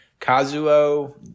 Kazuo